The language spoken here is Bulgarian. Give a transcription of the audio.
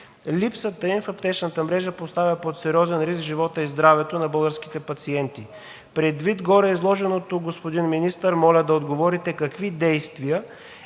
Липсата им в аптечната мрежа поставя под сериозен риск живота и здравето на българските пациенти. Предвид гореизложеното, господин Министър, моля да отговорите какви действия